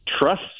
trust